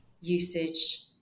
usage